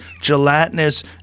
gelatinous